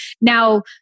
Now